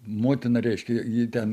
motina reiškia ji ten